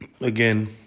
again